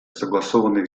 согласованных